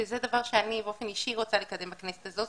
וזה דבר שאני באופן אישי רוצה לקדם בכנסת הזאת,